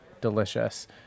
delicious